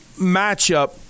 matchup